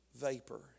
vapor